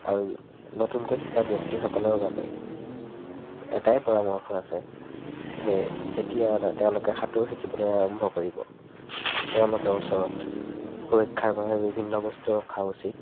আৰু নতুনকৈ শিকা ব্যক্তিসকলৰ বাবে এটাই পৰামৰ্শ আছে যে যেতিয়া তেওঁলোকে সাঁতোৰ শিকিবলৈ আৰম্ভ কৰিব তেওঁলোকে ওচৰত সুৰক্ষাৰ বাবে বিভিন্ন বস্তুৰ ৰখা উচিত